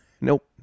Nope